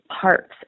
parts